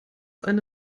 eine